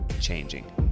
changing